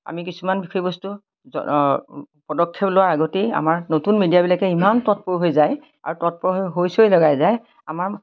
আমি কিছুমান বিশেষ বস্তু পদক্ষেপ লোৱাৰ আগতেই আমাৰ নতুন মিডিয়াবিলাকে ইমান তৎপৰ হৈ যায় আৰু তৎপৰ হৈ চৈ লগাই যায় আমাৰ